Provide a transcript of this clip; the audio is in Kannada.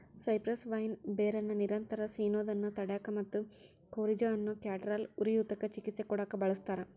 ಸೈಪ್ರೆಸ್ ವೈನ್ ಬೇರನ್ನ ನಿರಂತರ ಸಿನೋದನ್ನ ತಡ್ಯಾಕ ಮತ್ತ ಕೋರಿಜಾ ಅನ್ನೋ ಕ್ಯಾಟರಾಲ್ ಉರಿಯೂತಕ್ಕ ಚಿಕಿತ್ಸೆ ಕೊಡಾಕ ಬಳಸ್ತಾರ